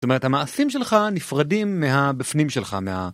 זאת אומרת, המעשים שלך נפרדים מהבפנים שלך, מה...